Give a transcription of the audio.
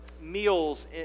meals